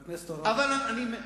לכן, כל אשר אני אומר,